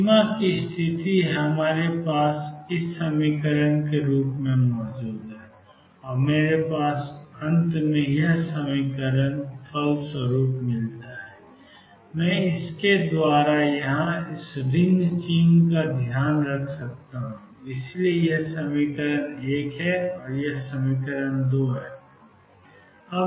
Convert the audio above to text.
सीमा की स्थिति है कि हमारे पास एक Ccos βL2 Ae αL2 है और मेरे पास βCsin βL2 αAe αL2 है मैं इसके द्वारा यहां इस ऋण चिह्न का ध्यान रख सकता हूं इसलिए यह समीकरण 1 और समीकरण 2 है